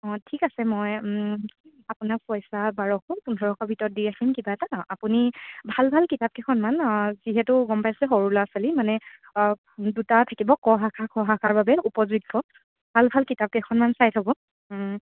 অঁ ঠিক আছে মই আপোনাক পইচা বাৰশ পোন্ধৰশ ভিতৰত দি ৰাখিম কিবা এটা অঁ আপুনি ভাল ভাল কিতাপকেইখনমান যিহেতু গম পাইছে সৰু ল'ৰা ছোৱালী মানে দুটা থাকিব ক শাখা খ শাখাৰ বাবে উপযোগ্য ভাল ভাল কিতাপকেইখনমান চাই থ'ব